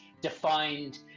defined